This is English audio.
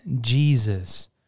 Jesus